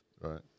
Right